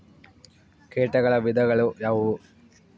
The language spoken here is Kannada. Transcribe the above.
ಕೇಟಗಳ ವಿಧಗಳು ಯಾವುವು?